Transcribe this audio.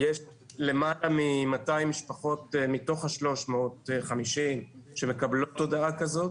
יש למטה ממאתיים משפחות מתוך השלוש מאות חמישים שמקבלות הודעה כזאת.